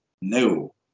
No